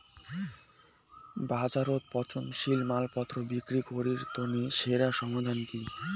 বাজারত পচনশীল মালপত্তর বিক্রি করিবার তানে সেরা সমাধান কি?